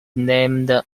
named